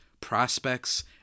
prospects